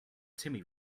timmy